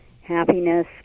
happiness